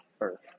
Earth